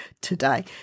today